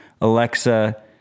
Alexa